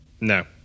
No